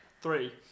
Three